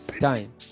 time